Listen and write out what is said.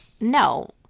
no